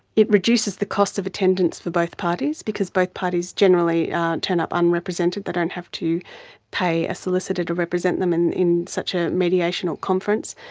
it reduces the cost of attendance for both parties because both parties generally turn up underrepresented, they don't have to pay a solicitor to represent them in in such a mediation or conference.